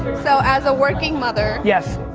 so as a working mother, yes.